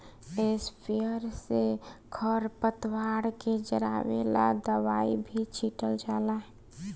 sprayer से खर पतवार के जरावे वाला दवाई भी छीटल जाला